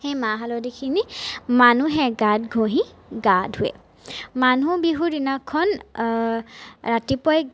সেই মাহ হালধিখিনি মানুহে গাত ঘঁহি গা ধুৱে মানুহ বিহুৰ দিনাখন ৰাতিপুৱাই